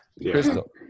Crystal